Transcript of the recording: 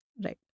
Right